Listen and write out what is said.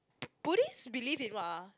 Buddhist believe in what ah